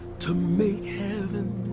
to make heaven